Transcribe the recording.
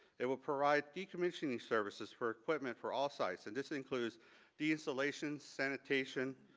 it will provide decommissioning services for equipment for all sites and this includes de installation, sanitation,